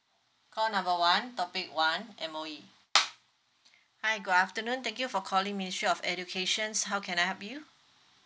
call number one topic one M_O_E hi good afternoon thank you for calling ministry of educations how can I help you